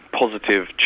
positive